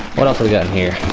what else we got in here